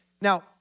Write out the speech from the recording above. Now